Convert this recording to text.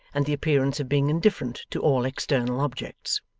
and the appearance of being indifferent to all external objects.